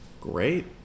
Great